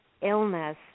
illness